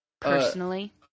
personally